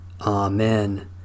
Amen